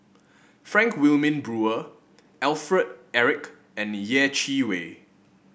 Frank Wilmin Brewer Alfred Eric and Yeh Chi Wei